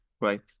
right